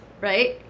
right